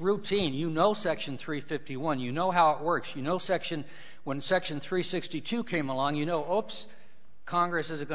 routine you know section three fifty one you know how it works you know section one section three sixty two came along you know opes congress is going to